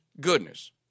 goodness